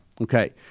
Okay